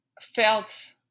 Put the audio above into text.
felt